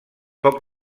poc